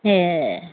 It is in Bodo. ए